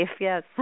yes